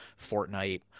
Fortnite